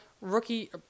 rookie –